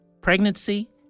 pregnancy